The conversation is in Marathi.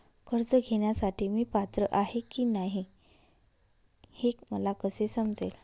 कर्ज घेण्यासाठी मी पात्र आहे की नाही हे मला कसे समजेल?